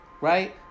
Right